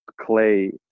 clay